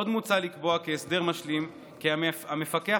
עוד מוצע לקבוע כהסדר משלים כי המפקח